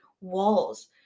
walls